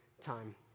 time